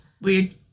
Weird